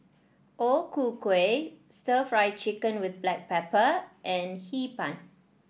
O Ku Kueh stir Fry Chicken with Black Pepper and Hee Pan